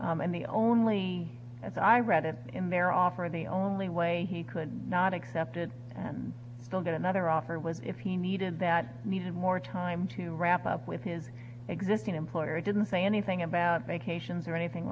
and the only as i read it in their offer the only way he could not accepted and still get another offer was if he needed that needed more time to wrap up with his existing employer didn't say anything about vacations or anything